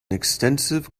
extensive